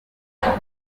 bakaba